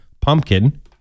pumpkin